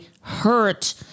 hurt